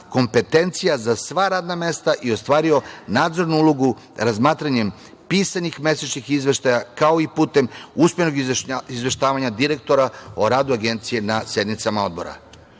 kompetencija za sva radna mesta i ostvario nadzornu ulogu razmatranjem pisanih mesečnih izveštaja, kao i putem usmenog izveštavanja direktora o radu Agencije na sednicama Odbora. Što